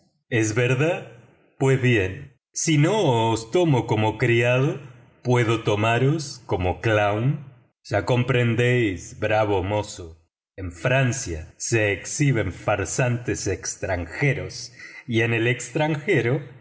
es verdad pues bien si no os tomo como criado puedo tomaros como clown ya comprenderéis bravo mozo en francia se exhiben farsantes extranjeros y en el extranjero